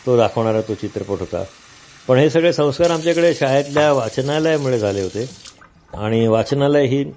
तो दाखवणारा तो चित्रपट होता पण हे सगळे संस्कार आमच्याकडे शाळेतल्या वाचनालयामुळे झाले होते आणि वाचनालय ही